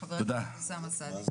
חבר הכנסת אוסאמה סעדי.